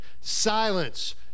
silence